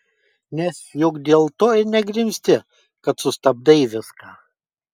nes juk dėl to ir negrimzti kad sustabdai viską